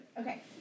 Okay